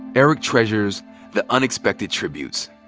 eric treasures the unexpected tributes,